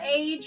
age